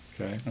Okay